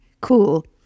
Cool